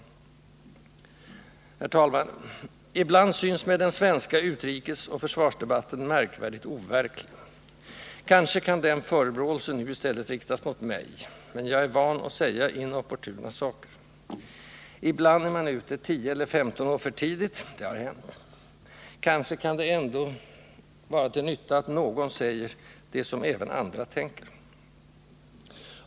Herr talman! Ibland synes mig den svenska utrikesoch försvarsdebatten märkvärdigt overklig. Kanske kan den förebråelsen nu i stället riktas mot mig. Men jag är van att säga inopportuna saker. Ibland är man ute 10 eller 15 år för tidigt — det har hänt. Kanske är det ändå till nytta att någon säger det som även andra tänker.